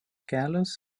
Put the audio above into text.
kelios